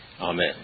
Amen